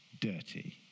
dirty